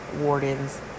wardens